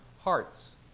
hearts